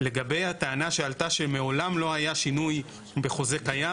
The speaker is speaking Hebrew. לגבי הטענה שעלתה שמעולם לא היה שינוי בחוזה קיים.